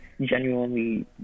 genuinely